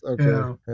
okay